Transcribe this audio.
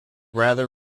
rather